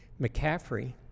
McCaffrey